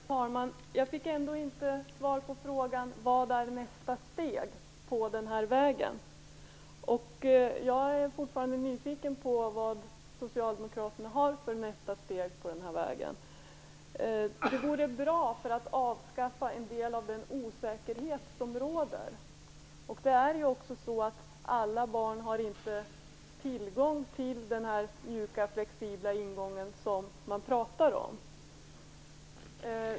Herr talman! Jag fick ändå inte svar på frågan vilket nästa steg på den här vägen är. Jag är fortfarande nyfiken på vad socialdemokraterna har för nästa steg på den här vägen. Det vore bra att få veta det för att avskaffa en del av den osäkerhet som råder. Alla barn har inte tillgång till den mjuka flexibla ingången som man pratar om.